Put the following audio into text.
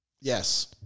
Yes